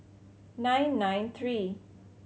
nine nine three